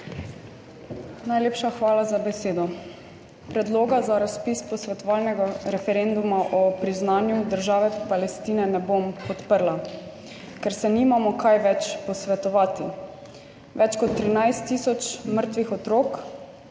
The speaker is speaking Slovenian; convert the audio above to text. Najlepša hvala za besedo. Predloga za razpis posvetovalnega referenduma o priznanju države Palestina ne bom podprla, ker se nimamo kaj več posvetovati. Več kot 13 tisoč mrtvih otrok,